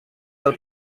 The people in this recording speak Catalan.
del